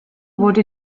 wurde